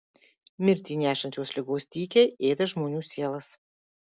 mirtį nešančios ligos tykiai ėda žmonių sielas